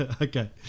Okay